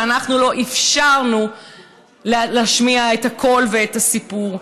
שאנחנו לא אפשרנו להשמיע את הקול ואת הסיפור?